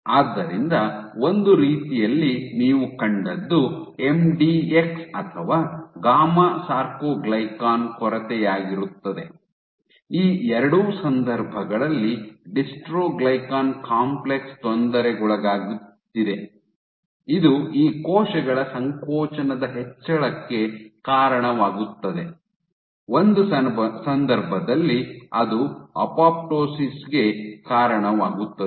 ಆದ್ದರಿಂದ ಒಂದು ರೀತಿಯಲ್ಲಿ ನೀವು ಕಂಡದ್ದು ಎಂಡಿಎಕ್ಸ್ ಅಥವಾ ಗಾಮಾ ಸಾರ್ಕೊಗ್ಲಿಕನ್ ಕೊರತೆಯಾಗಿರುತ್ತದೆ ಈ ಎರಡೂ ಸಂದರ್ಭಗಳಲ್ಲಿ ಡಿಸ್ಟ್ರೊಗ್ಲಿಕನ್ ಕಾಂಪ್ಲೆಕ್ಸ್ ತೊಂದರೆಗೊಳಗಾಗುತ್ತಿದೆ ಇದು ಈ ಕೋಶಗಳ ಸಂಕೋಚನದ ಹೆಚ್ಚಳಕ್ಕೆ ಕಾರಣವಾಗುತ್ತದೆ ಒಂದು ಸಂದರ್ಭದಲ್ಲಿ ಅದು ಅಪೊಪ್ಟೋಸಿಸ್ ಗೆ ಕಾರಣವಾಗುತ್ತದೆ